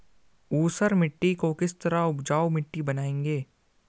ऊसर मिट्टी को किस तरह उपजाऊ मिट्टी बनाएंगे?